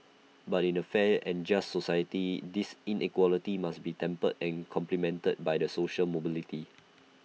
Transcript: but in A fair and just society this inequality must be tempered and complemented by the social mobility